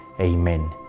Amen